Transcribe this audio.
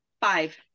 five